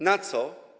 Na co?